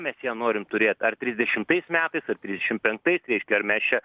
mes ją norim turėt ar trisdešimtais metais ar trisdešimt penktais reiškia ar mes čia